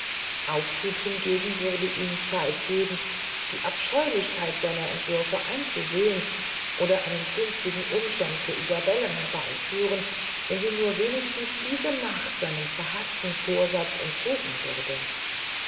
aufschub hingegen würde ihm zeit geben die abscheulichkeit seiner entwürfe einzusehen oder einen günstigen umstand für isabellen herbeyführen wenn sie nur wenigstens diese nacht seinem verhaßten vorsatz entzogen würde